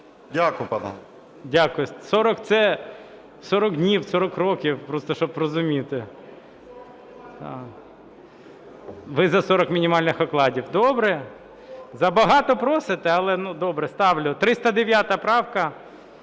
Дякую. 40 – це 40 днів, 40 років? Просто щоб розуміти. Ви за 40 мінімальних окладів. Добре. Забагато просите, але, ну, добре, ставлю. 309 правка,